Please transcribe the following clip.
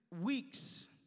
weeks